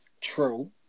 True